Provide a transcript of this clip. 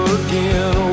again